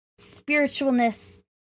spiritualness